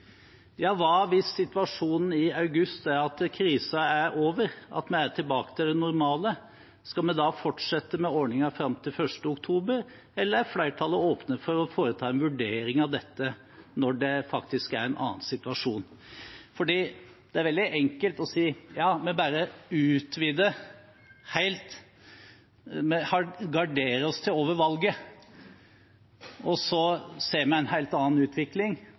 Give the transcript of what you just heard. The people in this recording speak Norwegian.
Ja, hva hvis situasjonen i august er at krisen er over, at en er tilbake til det normale? Skal vi da fortsette med ordningen fram til 1. oktober, eller er flertallet åpent for å foreta en vurdering av dette når det faktisk er en annen situasjon? Det er veldig enkelt å si: Ja, vi bare utvider helt, vi garderer oss til over valget. Men hvis vi ser en helt annen utvikling,